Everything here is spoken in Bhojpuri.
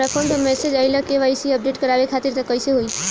हमरा फोन पर मैसेज आइलह के.वाइ.सी अपडेट करवावे खातिर त कइसे होई?